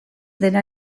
dena